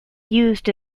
used